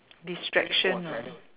distraction ah